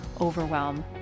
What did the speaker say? overwhelm